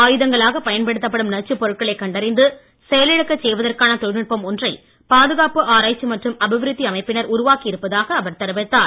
ஆயுதங்களாக பயன்படுத்தப்படும் நச்சுப் பொருட்களை கண்டறிந்து செயலிழக்கச் செய்வதற்கான தொழில்நுட்பம் ஒன்றை பாதுகாப்பு ஆராய்ச்சி மற்றும் அபிவிருத்தி அமைப்பினர் உருவாக்கி இருப்பதாக அவர் தெரிவித்தார்